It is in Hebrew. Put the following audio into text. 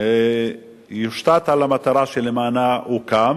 החוק יושתת על המטרה שלמענה הוא קם.